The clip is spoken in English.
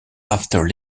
after